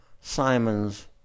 Simons